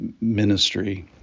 ministry